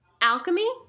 Alchemy